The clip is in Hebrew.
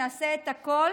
נעשה את הכול